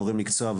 מורי מקצוע,